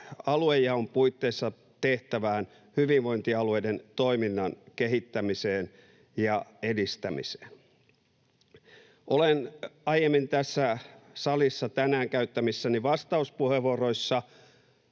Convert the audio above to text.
aluejaon puitteissa tehtävään hyvinvointialueiden toiminnan kehittämiseen ja edistämiseen. Olen aiemmin tässä salissa tänään käyttämissäni vastauspuheenvuoroissa